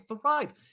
thrive